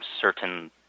certain